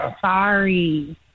sorry